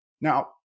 now